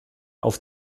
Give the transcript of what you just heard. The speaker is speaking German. auf